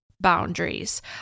Boundaries